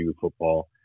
football